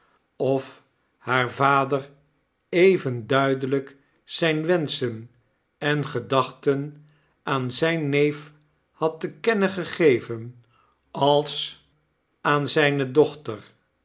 of haar vader even duidelijk zijne wenschen en gedachten aan zijn neef had se kennen gegeven als aan zijne dochter